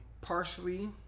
Parsley